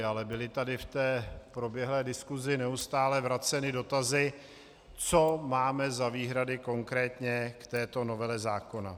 Ale byly tady v té proběhlé diskusi neustále vraceny dotazy, co máme za výhrady konkrétně k této novele zákona.